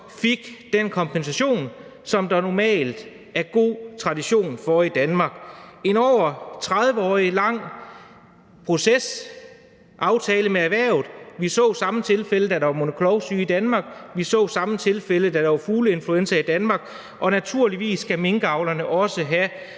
fik den kompensation, som der normalt er god tradition for i Danmark. Vi har i over 30 år haft en aftale med erhvervet, og det var det samme, der skete, da der var mund- og klovesyge i Danmark, og da der var fugleinfluenza i Danmark, så naturligvis skal minkavlerne også have